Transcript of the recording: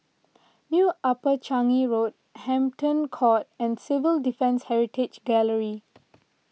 New Upper Changi Road Hampton Court and Civil Defence Heritage Gallery